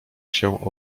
się